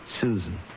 Susan